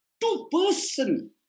two-person